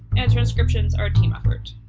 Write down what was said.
and transcriptions are a team effort.